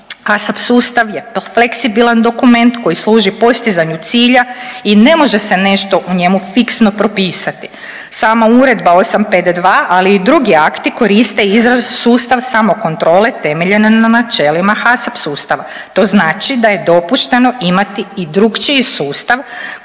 HACCP sustav je fleksibilan dokument koji služi postizanju cilja i ne može se nešto u njemu fiksno propisati. Sama Uredba 852, ali i drugi akti koriste izraz sustav samokontrole temeljen na načelima HACCP sustava. To znači da je dopušteno imati i drukčiji sustav